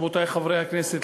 רבותי חברי הכנסת,